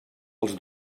els